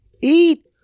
eat